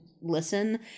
listen